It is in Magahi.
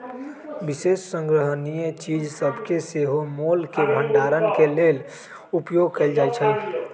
विशेष संग्रहणीय चीज सभके सेहो मोल के भंडारण के लेल उपयोग कएल जाइ छइ